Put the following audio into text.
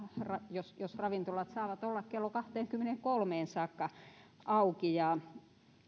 jos jos ravintolat saavat olla kello kahteenkymmeneenkolmeen saakka auki ja